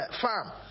farm